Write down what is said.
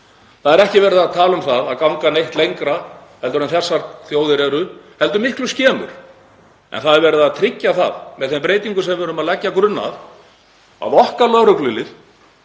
Það er ekki verið að tala um að ganga neitt lengra en þessar þjóðir heldur miklu skemur, en það er verið að tryggja það, með þeim breytingum sem við erum að leggja grunn að, að okkar lögreglulið